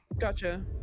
gotcha